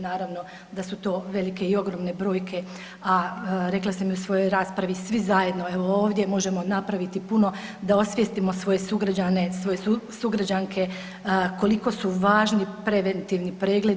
Naravno da su to velike i ogromne brojke, a rekla sam i u svojoj raspravi svi zajedno evo ovdje možemo napraviti puno da osvijestimo svoje sugrađane, svoje sugrađanke koliko su važni preventivni pregledi.